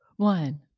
One